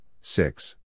six